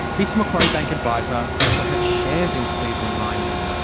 this macquarie bank adviser also had shares in cleveland mining.